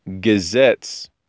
gazettes